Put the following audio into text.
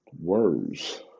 words